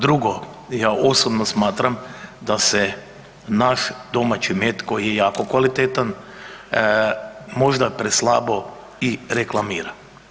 Drugo, ja osobno smatram da se naš domaći med koji je jako kvalitetan, možda preslabo i reklamira.